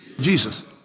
Jesus